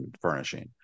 furnishing